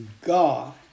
God